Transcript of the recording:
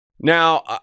Now